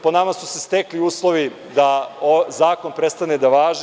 Po nama su se stekli uslovi da zakon prestane da važi.